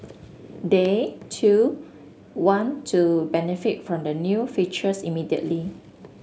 they too want to benefit from the new features immediately